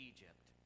Egypt